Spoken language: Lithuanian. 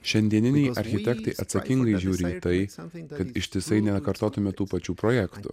šiandieniniai architektai atsakingai žiūri į tai kad ištisai nekartotume tų pačių projektų